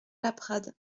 laprade